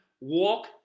walk